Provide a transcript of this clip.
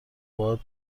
باهات